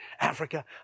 Africa